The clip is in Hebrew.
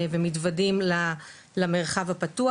ומתוודעים למרחב הפתוח.